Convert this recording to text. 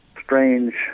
strange